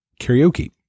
karaoke